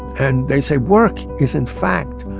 and they say, work is, in fact,